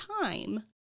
time